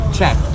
Check